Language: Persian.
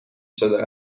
شده